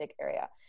area